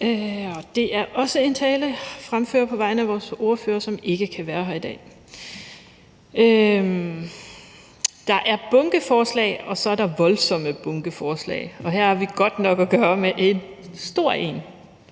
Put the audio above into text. Det er også en tale fremført på vegne af vores ordfører, som ikke kan være her i dag. Der er bunkeforslag, og så er der voldsomme bunkeforslag, og her har vi godt nok at gøre med et stort et